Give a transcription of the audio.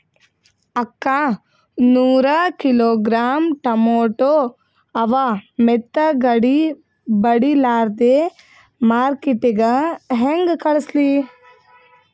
ಅಕ್ಕಾ ನೂರ kilogram tomato ಅವ, ಮೆತ್ತಗಬಡಿಲಾರ್ದೆ ಮಾರ್ಕಿಟಗೆ ಹೆಂಗ ಕಳಸಲಿ?